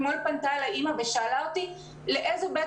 אתמול פנתה אלי אימא ושאלה אותי לאיזה בית